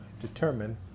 determine